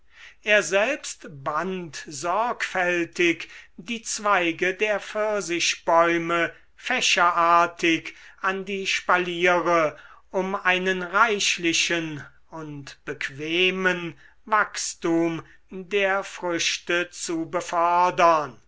er selbst band sorgfältig die zweige der pfirsichbäume fächerartig an die spaliere um einen reichlichen und bequemen wachstum der früchte zu befördern